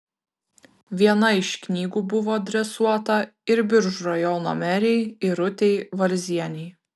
viena iš knygų buvo adresuota ir biržų rajono merei irutei varzienei